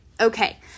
Okay